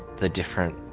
the different